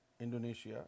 Indonesia